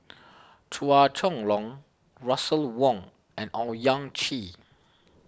Chua Chong Long Russel Wong and Owyang Chi